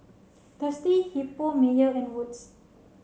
Thirsty Hippo Mayer and Wood's